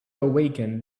awaken